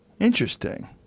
Interesting